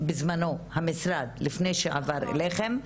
לפני שעבר אליכם,